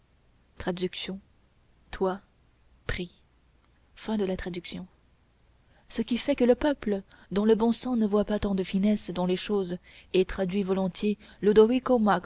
ce qui fait que le peuple dont le bon sens ne voit pas tant de finesse dans les choses et traduit volontiers ludovico